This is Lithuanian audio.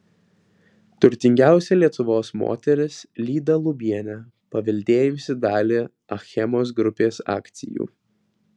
turtingiausia lietuvos moteris lyda lubienė paveldėjusi dalį achemos grupės akcijų